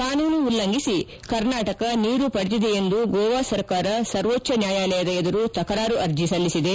ಕಾನೂನು ಉಲ್ಲಂಘಿಸಿ ಕರ್ನಾಟಕ ನೀರು ಪಡೆದಿದೆಂದು ಗೋವಾ ಸರ್ಕಾರ ಸರ್ವೋಚ್ದ ನ್ನಾಯಾಲಯದ ಎದುರು ತಕರಾರು ಅರ್ಜಿ ಸಲ್ಲಿಸಿದೆ